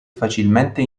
facilmente